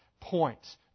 points